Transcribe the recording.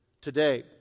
today